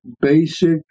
basic